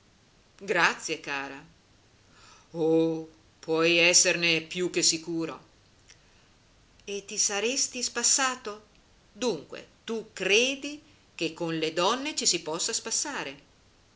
grazie cara oh puoi esserne più che sicuro e ti saresti spassato dunque tu credi che con le donne ci si possa spassare